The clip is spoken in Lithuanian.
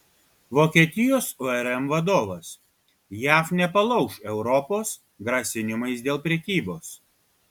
vokietijos urm vadovas jav nepalauš europos grasinimais dėl prekybos